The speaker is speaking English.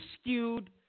skewed